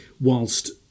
whilst